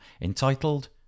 entitled